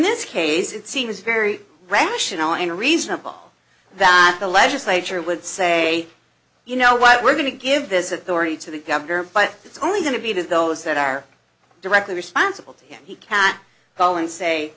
this case it seems very rational and reasonable that the legislature would say you know what we're going to give this authority to the governor but it's only going to be to those that are directly responsible to him he can call and say